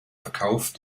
verkauf